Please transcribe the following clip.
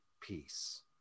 peace